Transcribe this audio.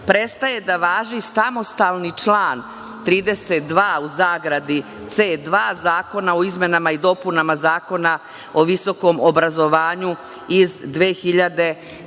prestaje da važi samostalni član 32. u zagradi C2 zakona o izmenama i dopunama Zakona o visokom obrazovanju iz 2010.